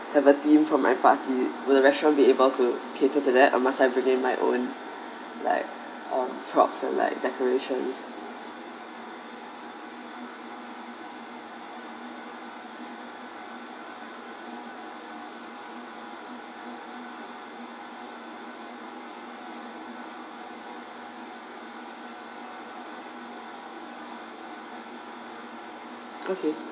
have a theme for my party will restaurant be able to cater for that or must I bring in my own props or decoration okay